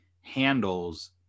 handles